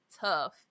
tough